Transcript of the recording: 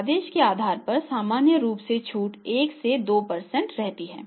आदेश के आधार पर सामान्य रूप से छूट 1 से 2 रहती है